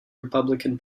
republican